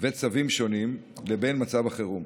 וצווים שונים לבין מצב החירום.